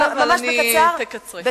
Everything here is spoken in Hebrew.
אבל תקצרי.